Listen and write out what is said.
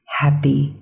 happy